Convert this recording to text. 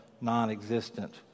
non-existent